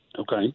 okay